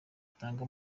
butanga